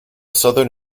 southern